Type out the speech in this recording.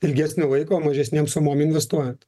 ilgesnio laiko mažesnėm sumom investuojant